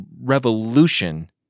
revolution